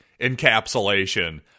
encapsulation